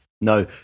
No